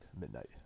midnight